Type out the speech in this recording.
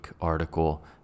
article